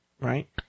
Right